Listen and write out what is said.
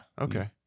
Okay